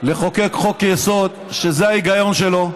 לחוקק חוק-יסוד, שזה ההיגיון שלו,